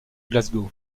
glasgow